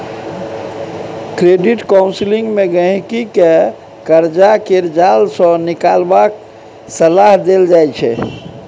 credit counselling मे गहिंकी केँ करजा केर जाल सँ निकलबाक सलाह देल जाइ छै